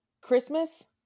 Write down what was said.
Christmas